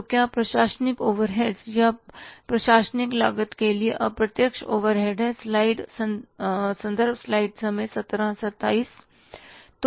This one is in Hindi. तो क्या प्रशासनिक ओवरहेड्स या प्रशासनिक लागत के लिए अप्रत्यक्ष ओवरहेड्स हैं